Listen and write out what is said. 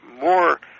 more